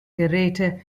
geräte